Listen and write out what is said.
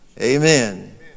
amen